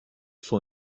for